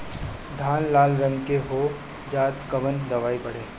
धान लाल रंग के हो जाता कवन दवाई पढ़े?